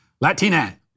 Latina